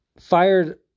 fired